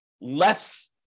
less